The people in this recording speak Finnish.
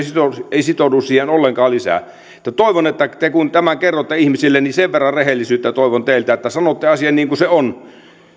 ei sitoudu siihen ollenkaan lisää kun te tämän kerrotte ihmisille niin sen verran rehellisyyttä toivon teiltä että sanotte asian niin kuin se on